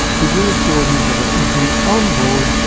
she re-assured me that it would be on board,